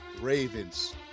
Ravens